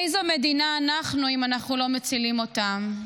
איזו מדינה אנחנו, אם אנחנו לא מצילים אותם?